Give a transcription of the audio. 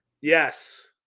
Yes